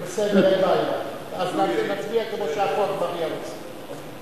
בסדר, אין בעיה, אז נצביע כמו שעפו אגבאריה רוצה.